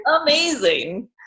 amazing